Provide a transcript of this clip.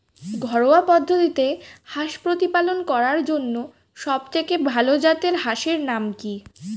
ঘরোয়া পদ্ধতিতে হাঁস প্রতিপালন করার জন্য সবথেকে ভাল জাতের হাঁসের নাম কি?